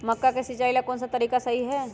मक्का के सिचाई ला कौन सा तरीका सही है?